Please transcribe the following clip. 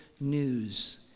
news